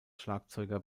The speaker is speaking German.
schlagzeuger